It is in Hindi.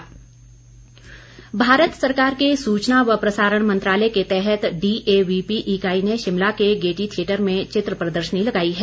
प्रदर्शनी भारत सरकार के सूचना व प्रसारण मंत्रालय के तहत डीएवीपी इकाई ने शिमला के गेयटी थियेटर में चित्र प्रदर्शनी लगाई है